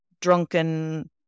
drunken